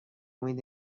امید